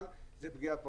אבל זו פגיעה בפרטיות.